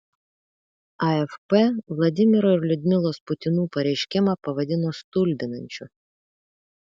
afp vladimiro ir liudmilos putinų pareiškimą pavadino stulbinančiu